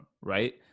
right